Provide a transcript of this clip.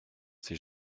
ses